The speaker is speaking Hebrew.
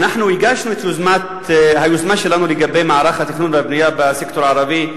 הגשנו את היוזמה שלנו לגבי מערך התכנון והבנייה בסקטור הערבי,